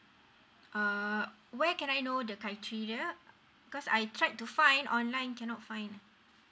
uh where can I know the criteria yeah because I tried to find online cannot find